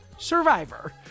Survivor